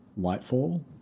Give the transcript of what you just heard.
Lightfall